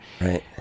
Right